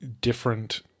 different